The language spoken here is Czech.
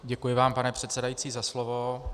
Děkuji vám, pane předsedající za slovo.